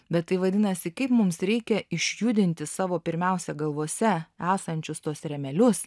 bet tai vadinasi kaip mums reikia išjudinti savo pirmiausia galvose esančius tuos rėmelius